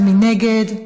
מי נגד?